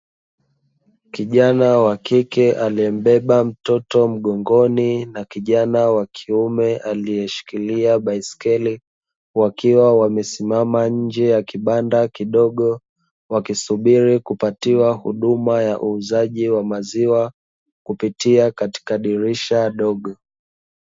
Kijana wa kike aliyembeba mtoto mgongoni na kijana wa kiume aliyeshikilia baiskeli, wakiwa wamesimama nje ya kibanda kidogo. Wakisubiri kupatiwa huduma ya uuzaji wa maziwa kupitia katika dirisha dogo.